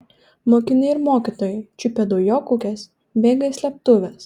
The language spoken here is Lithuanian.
mokiniai ir mokytojai čiupę dujokaukes bėga į slėptuves